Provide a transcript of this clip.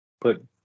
put